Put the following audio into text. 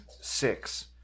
six